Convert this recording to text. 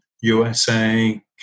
USA